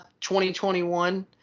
2021